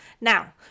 Now